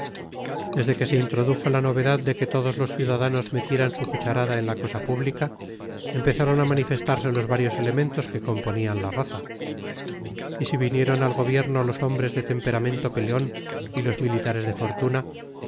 desde que se introdujo la novedad de que todos los ciudadanos metieran su cucharada en la cosa pública empezaron a manifestarse los varios elementos que componían la raza y si vinieron al gobierno los hombres de temperamento peleón y los militares de fortuna